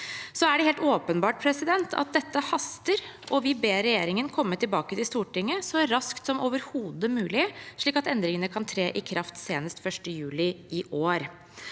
Det er helt åpenbart at dette haster, og vi ber regjeringen komme tilbake til Stortinget så raskt som overhodet mulig, slik at endringene kan tre i kraft senest 1. juli i år.